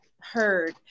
heard